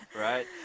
right